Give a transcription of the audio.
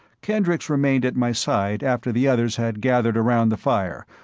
kendricks remained at my side after the others had gathered around the fire,